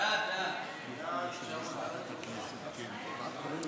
להעביר את